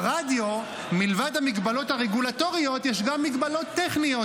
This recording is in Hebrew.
ברדיו מלבד המגבלות הרגולטוריות יש גם מגבלות טכניות,